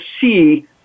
see